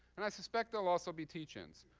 and i suspect there'll also be teach-ins.